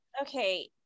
okay